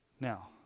Now